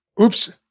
Oops